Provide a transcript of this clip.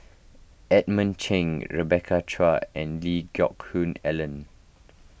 Edmund Cheng Rebecca Chua and Lee Geck Hoon Ellen